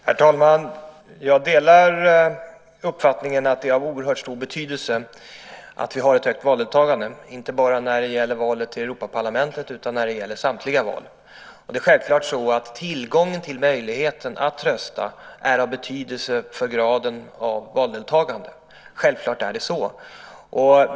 Herr talman! Jag delar uppfattningen att det är av oerhört stor betydelse att vi har ett högt valdeltagande, och det gäller inte bara valet till Europaparlamentet utan samtliga val. Det är självfallet så att möjligheten att rösta är av betydelse för graden av valdeltagande.